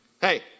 Hey